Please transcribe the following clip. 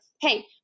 Hey